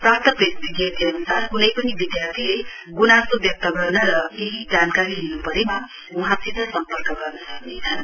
प्राप्त प्रेस विज्ञप्ती अनुसार कुनै पनि विधार्थीले गुनासो व्यक्त गर्न र केही जानकारी लिनु परेमा वहाँसित सम्पर्क गर्न सक्नेछन्